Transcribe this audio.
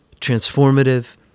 transformative